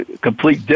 complete